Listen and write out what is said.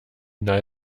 deny